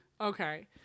okay